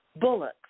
Bullock's